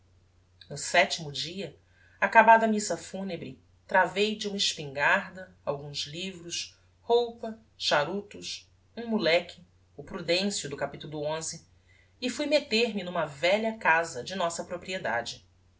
no setimo dia acabada a missa funebre travei de uma espingarda alguns livros roupa charutos um moleque o prudencio da capitulo xi e fui metter me n'uma velha casa de nossa propriedade